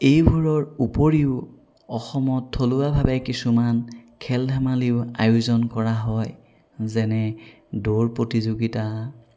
এইবোৰৰ উপৰিও অসমত থলুৱাভাৱে কিছুমান খেল ধেমালিও আয়োজন কৰা হয় যেনে দৌৰ প্ৰতিযোগিতা